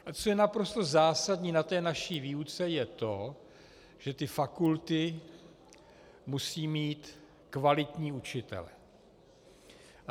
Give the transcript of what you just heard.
A co je naprosto zásadní na té naší výuce, je to, že ty fakulty musí mít kvalitní učitele.